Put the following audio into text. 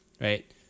Right